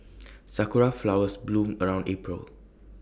Sakura Flowers bloom around April